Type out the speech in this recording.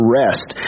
rest